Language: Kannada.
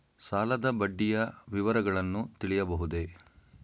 ಸಾಲದ ಬಡ್ಡಿಯ ವಿವರಗಳನ್ನು ತಿಳಿಯಬಹುದೇ?